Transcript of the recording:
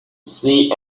see